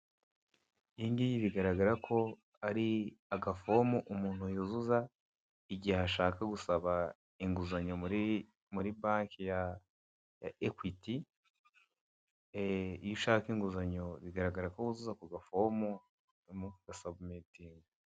Iyi ngiyi bigaragara ko ari agafomu umuntu yuzuza igihe ashaka gusaba inguzanyo muri banke ya ekwiti. Eee iyo ushanga inguzanyo bigaragara ko wuzuza ako gafomu, noneho ukagasabumitinga.